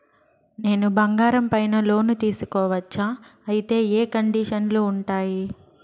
నేను బంగారం పైన లోను తీసుకోవచ్చా? అయితే ఏ కండిషన్లు ఉంటాయి?